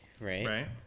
right